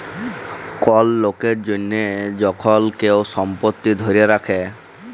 call লকের জনহ যখল কেহু সম্পত্তি ধ্যরে রাখে